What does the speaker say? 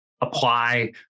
apply